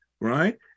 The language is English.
right